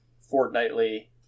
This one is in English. fortnightly